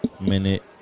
Minute